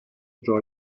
draw